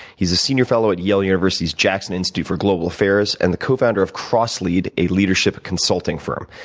he's a senior fellow at yale university's jackson institute for global affairs, and the co founder of crosslead, a leadership consulting firm.